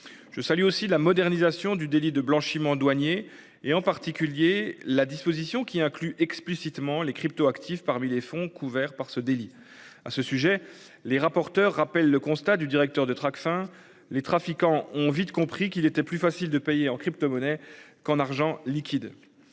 Je salue aussi la modernisation du délit de blanchiment douaniers et en particulier la disposition qui inclut explicitement les cryptoactifs parmi les fonds couverts par ce délit à ce sujet les rapporteurs rappellent le constat du directeur de Tracfin. Les trafiquants ont vite compris qu'il était plus facile de payer en cryptomonnaies qu'en argent liquide.